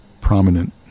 prominent